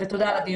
תודה.